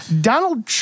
Donald